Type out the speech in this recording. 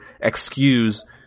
excuse